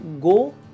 go